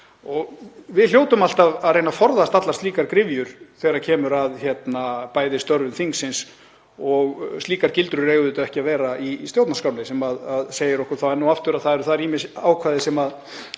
Við hljótum alltaf að reyna að forðast allar slíkar gryfjur þegar kemur að störfum þingsins og slíkar gildrur eiga ekki að vera í stjórnarskránni sem segir okkur enn og aftur að þar eru ýmis ákvæði sem